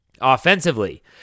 Offensively